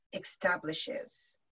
establishes